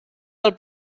del